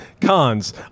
Cons